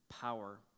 power